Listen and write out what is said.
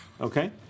Okay